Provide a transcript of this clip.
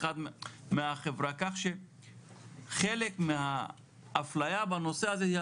לכן חלק מהאפליה בנושא הזה,